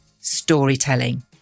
storytelling